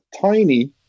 tiny